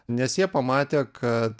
nes jie pamatė kad